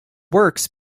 works